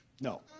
No